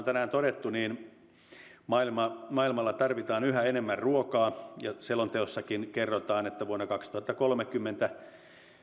tänään todettu maailmalla tarvitaan yhä enemmän ruokaa selonteossakin kerrotaan että vuonna kaksituhattakolmekymmentä